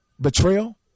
betrayal